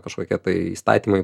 kažkokie tai įstatymai